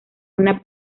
una